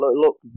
look